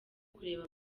kureba